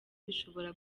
bishobora